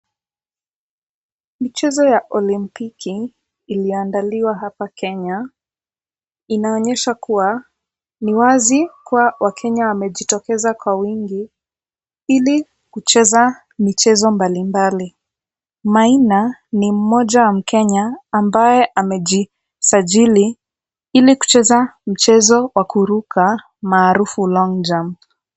Michezo ya olimpiki iliandaliwa hapa Kenya. Inaonyesha kuwa ni wazi kuwa wakenya wamejitokeza kwa wingi ili kucheza michezo mbalimbali. Maina ni mmoja wa mkenya ambaye amejisajili ili kucheza mchezo wa kuruka maarufu long jump